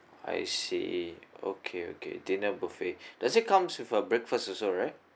I see okay okay dinner buffet does it comes with a breakfast also right